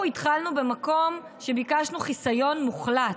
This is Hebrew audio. אנחנו התחלנו במקום שביקשנו חיסיון מוחלט.